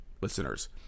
listeners